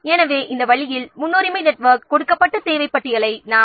எனவே இந்த வழியில்நாம் கொடுக்கப்பட்ட முன்னுரிமை நெட்வொர்க்கிலிருந்து தேவையைத் தயாரிக்கலாம்